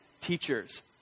teachers